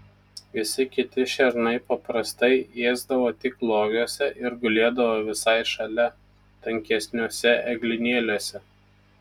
visi kiti šernai paprastai ėsdavo tik loviuose ir gulėdavo visai šalia tankesniuose eglynėliuose